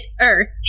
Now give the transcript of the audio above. Earth